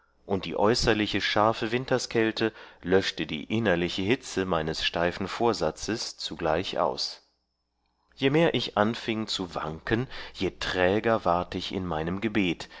und die äußerliche scharfe winterskälte löschte die innerliche hitze meines steifen vorsatzes zugleich aus je mehr ich anfieng zu wanken je träger ward ich in meinem gebet